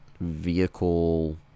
vehicle